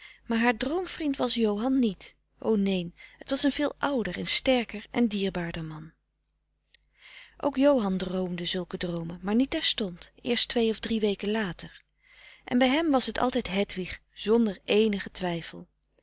maar haar droom vriend was johan niet o neen het was een veel ouder en sterker en dierbaarder man ook johan droomde zulke droomen maar niet terstond eerst twee of drie weken later en bij hem was het altijd hedwig zonder eenigen twijfel